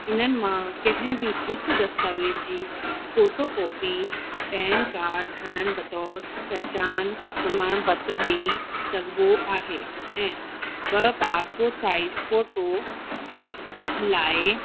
इन्हनि मां कंहिं बि हिकु दस्तावेज़ जी फोटो कॉपी पैन कार्ड ठाहिणु बतौर पहिचान प्रमाणपत्र ॾई सघिबो आहे ऐं ॿ पास्पोर्ट साईज फोटो लाइ